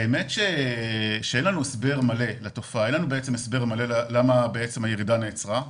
האמת שאין לנו הסבר מלא לתופעה, למה הירידה נעצרה.